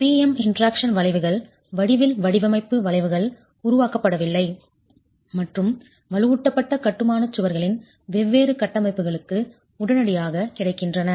P M interaction வளைவுகள் வடிவில் வடிவமைப்பு வளைவுகள் உருவாக்கப்படவில்லை மற்றும் வலுவூட்டப்பட்ட கட்டுமான சுவர்களின் வெவ்வேறு கட்டமைப்புகளுக்கு உடனடியாக கிடைக்கின்றன